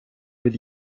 від